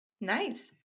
Nice